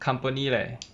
company leh